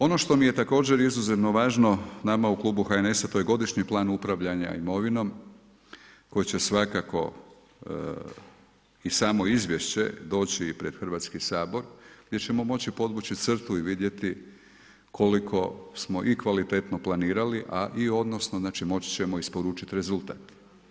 Ono što mi je također izuzetno važno nama u klubu HNS-a to je Godišnji plan upravljanja imovinom koji će svakako i samo izvješće doći pred Hrvatski sabor gdje ćemo moći podvući crtu i vidjeti koliko smo i kvalitetno planirali, a i odnosno moći ćemo isporučiti rezultat.